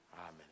Amen